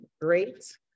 Great